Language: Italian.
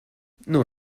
non